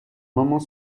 moment